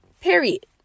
Period